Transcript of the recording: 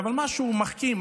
אבל משהו מחכים,